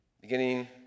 Beginning